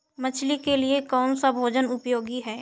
मछली के लिए कौन सा भोजन उपयोगी है?